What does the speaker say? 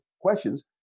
questions